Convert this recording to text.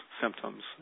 symptoms